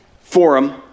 forum